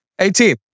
18